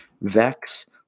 vex